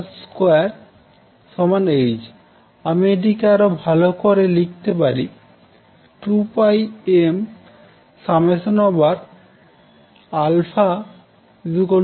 2h আমি এটিকে আরো ভালো করে লিখতে পারি 2πmα ∞nαn